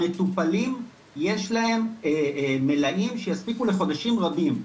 המטופלים יש להם מלאים שיספיקו לחודשים רבים.